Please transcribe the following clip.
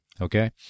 Okay